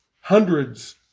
hundreds